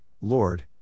Lord